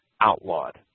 Outlawed